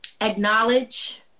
acknowledge